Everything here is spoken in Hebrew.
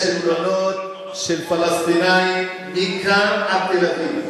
יש תלונות של פלסטינים מכאן עד תל-אביב.